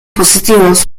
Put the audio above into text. positivos